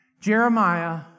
Jeremiah